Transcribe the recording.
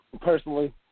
Personally